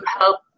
help